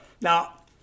now